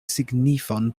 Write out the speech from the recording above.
signifon